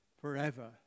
forever